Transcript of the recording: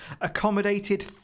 accommodated